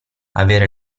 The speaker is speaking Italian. avere